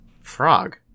Frog